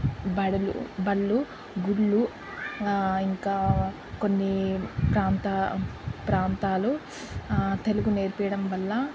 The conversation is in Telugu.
బడులు బళ్ళు గుళ్ళు ఇంకా కొన్ని ప్రాంతాలు తెలుగు నేర్పియడం వల్ల